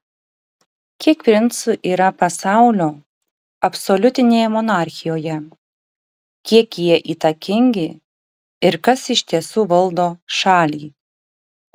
kiek princų yra pasaulio absoliutinėje monarchijoje kiek jie įtakingi ir kas iš tiesų valdo šalį